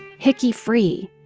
hicky free,